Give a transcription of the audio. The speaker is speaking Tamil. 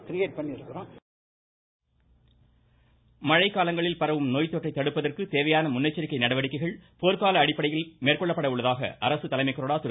ராஜேந்திரன் மழைக்காலங்களில் பரவும் நோய் தொற்றை தடுப்பதற்கு தேவையான முன்னெச்சரிக்கை நடவடிக்கைகள் போர்க்கால அடிப்படையில் மேற்கொள்ளப்பட உள்ளதாக அரசு தலைமை கொறடா திரு